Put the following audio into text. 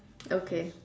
okay